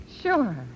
Sure